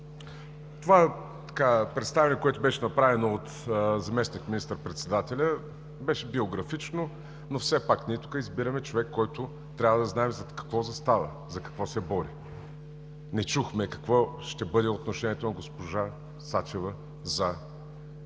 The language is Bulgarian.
Това представяне, което беше направено от заместник министър председателя, беше биографично, но все пак ние тук избираме човек, който трябва да знаем зад какво застава, за какво се бори. Не чухме какво ще бъде отношението на госпожа Сачева за отмяна